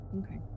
Okay